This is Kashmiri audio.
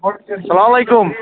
سلام وعلیکُم